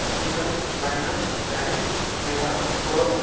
Washington London Paris New York Colombo